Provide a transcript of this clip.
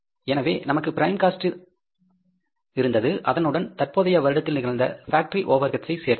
எனவே நமக்கு prime cost இருந்தது அதனுடன் தற்போதைய வருடத்தில் நிகழ்ந்த பேக்டரி ஓவர்ஹெட்ஸ் ஐ சேர்த்தோம்